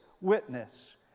witness